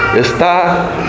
está